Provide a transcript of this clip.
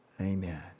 Amen